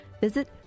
Visit